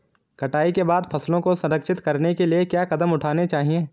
कटाई के बाद फसलों को संरक्षित करने के लिए क्या कदम उठाने चाहिए?